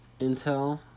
Intel